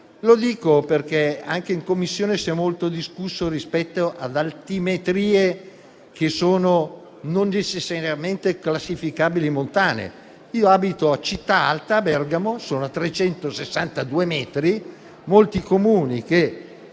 Lo dico perché anche in Commissione si è molto discusso rispetto ad altimetrie che non sono necessariamente classificabili come montane. Io abito a Città Alta, a Bergamo, a 362 metri, e ritengo